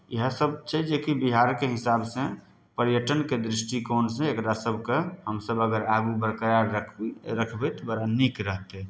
ईहए सब छै जेकी बिहारके हिसाब से पर्यटन के दृष्टिकोण से एकरा सबके हमसब अगर आगू बरकरार रखबै तऽ बड़ा नीक रहतै